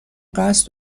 قصد